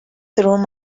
through